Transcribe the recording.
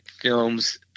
films